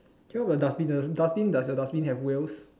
do you have a dustbin the dustbin does your dustbin have wheels